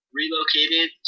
relocated